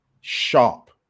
Sharp